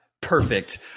perfect